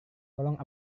tolong